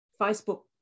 Facebook